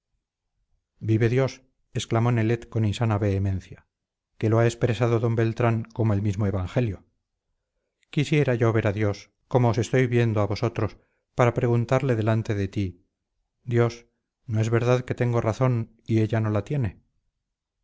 vive dios exclamó nelet con insana vehemencia que lo ha expresado d beltrán como el mismo evangelio quisiera yo ver a dios como os estoy viendo a vosotros para preguntarle delante de ti dios no es verdad que tengo razón y ella no la tiene